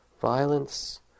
Violence